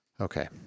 Okay